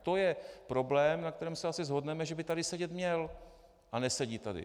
To je problém, na kterém se asi shodneme, že by tady sedět měl, a nesedí tady.